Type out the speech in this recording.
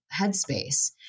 headspace